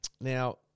Now